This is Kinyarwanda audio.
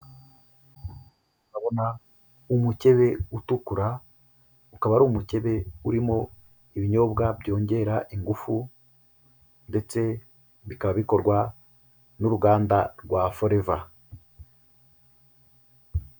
Urabona umukebe utukura, ukaba ari umukebe urimo ibinyobwa byongera ingufu ndetse bikaba bikorwa n'uruganda rwa Forever.